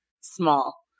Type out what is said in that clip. small